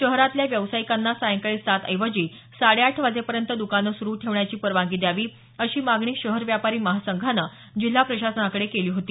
शहरातल्या व्यावसायिकांना सायंकाळी सात ऐवजी साडेआठ वाजेपर्यंत दुकाने सुरू ठेवण्याची परवानगी द्यावी अशी मागणी शहर व्यापारी महासंघानं जिल्हा प्रशासनाकडे केली होती